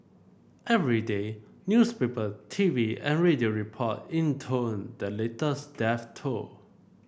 every day newspaper T V and radio report intoned the latest death toll